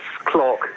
clock